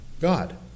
God